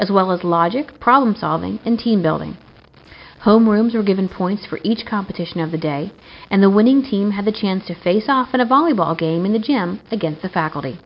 as well as logic problem solving and team building homerooms are given points for each competition of the day and the winning team have a chance to face off in a volleyball game in the gym against the faculty